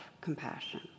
compassion